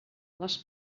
les